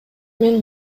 мен